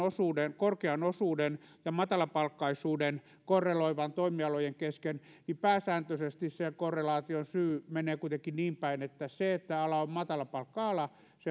korkean osuuden ja matalapalkkaisuuden korreloivan toimialojen kesken niin pääsääntöisesti sen korrelaation syy menee kuitenkin niinpäin että se että ala on matalapalkka ala